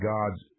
God's